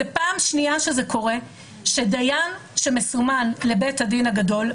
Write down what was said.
זאת הפעם השנייה שקורה שדיין שמסומן לבית הדין הגדול,